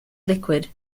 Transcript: liquid